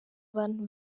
abantu